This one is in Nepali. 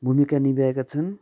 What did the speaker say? भुमिका निभाएका छन्